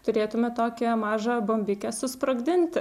turėtume tokią mažą bombikę susprogdinti